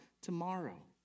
tomorrow